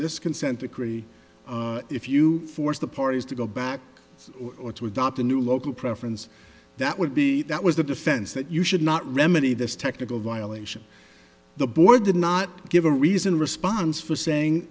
this consent decree if you force the parties to go back or to adopt a new local preference that would be that was the defense that you should not remedy this technical violation the board did not give a reason response for saying